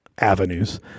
avenues